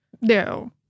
No